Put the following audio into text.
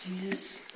Jesus